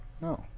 no